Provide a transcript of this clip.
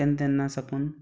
तेन्ना तेन्ना साकून